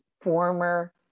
former